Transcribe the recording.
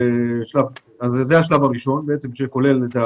זה השלב הראשון שכולל את: